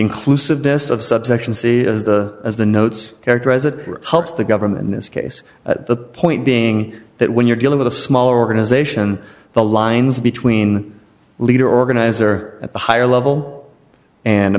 inclusiveness of subsection c as the as the notes characterize it helps the government in this case at the point being that when you're dealing with a small organization the lines between leader organizer at the higher level and